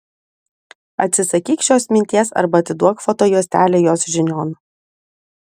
atsisakyk šios minties arba atiduok foto juostelę jos žinion